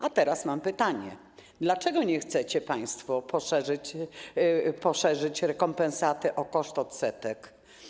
A teraz mam pytanie: Dlaczego nie chcecie państwo poszerzyć rekompensaty o koszt odsetek?